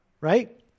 Right